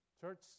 Church